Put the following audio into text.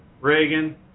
Reagan